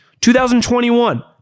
2021